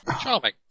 Charming